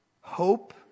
hope